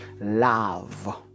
Love